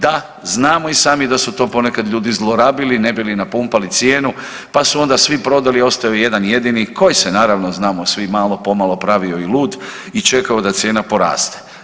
Da, znamo i sami da su to ponekad ljudi zlorabili ne bi li napumpali cijenu pa onda svi prodali ostao je jedan jedini koji se naravno znamo svi malo pomalo pravio i lud i čekao da cijena poraste.